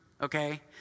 okay